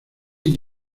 jane